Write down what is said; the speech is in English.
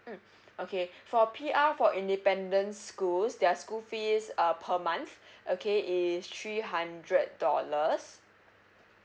mm okay for P_R for independence schools their school fees uh per month okay is three hundred dollars